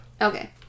Okay